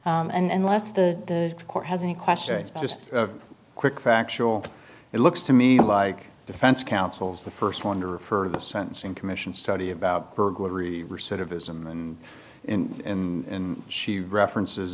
but just a quick factual it looks to me like defense counsels the first one to refer to the sentencing commission study about burglary recidivism and in she references